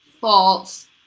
false